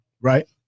Right